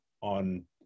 on